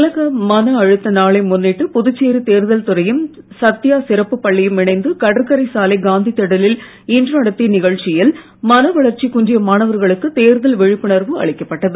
உலக மனஅழுத்த நாளை முன்னிட்டு புதுச்சேரி தேர்தல் துறையும் சத்தியா சிறப்புப் பள்ளியும் இணைந்து கடற்கரை சாலை காந்தி திடலில் இன்று நடத்திய நிகழ்ச்சியில் மனவளர்ச்சி குன்றிய மாணவர்களுக்கு தேர்தல் விழிப்புணர்வு அளிக்கப்பட்டது